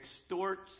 extorts